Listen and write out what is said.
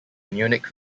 munich